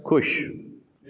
खु़शि